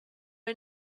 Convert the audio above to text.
are